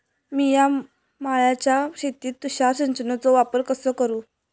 मिया माळ्याच्या शेतीत तुषार सिंचनचो वापर कसो करू?